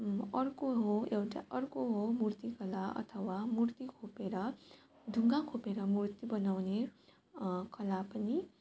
अर्को हो एउटा अर्को हो मूर्तिकला अथवा मूर्ति खोपेर ढुङ्गा खोपेर मूर्ति बनाउने कला पनि